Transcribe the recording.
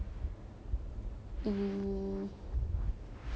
mm